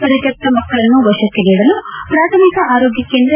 ಪರಿತ್ವಕ್ಷ ಮಕ್ಕಳನ್ನು ವಶಕ್ಷೆ ನೀಡಲು ಪ್ರಾಥಮಿಕ ಆರೋಗ್ಟ ಕೇಂದ್ರ